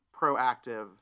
proactive